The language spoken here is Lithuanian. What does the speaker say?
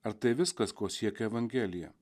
ar tai viskas ko siekia evangelija